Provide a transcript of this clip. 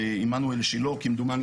נכון,